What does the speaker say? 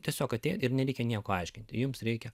tiesiog atėjot ir nereikia nieko aiškinti jums reikia